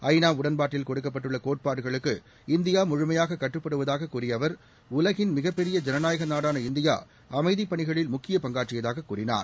ஐ நா உடன்பாட்டில் கொடுக்கப்பட்டுள்ள கோட்பாடுகளுக்கு இந்தியா முழுமையாக கட்டுப்படுவதாக கூறிய அவர் உலகின் மிகப் பெரிய ஜனநாயக நாடான இந்தியா அமைதிப் பணிகளில் முக்கிய பங்காற்றியதாக கூறினார்